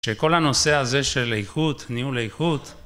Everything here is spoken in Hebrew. שכל הנושא הזה של איכות, ניהול איכות